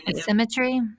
Symmetry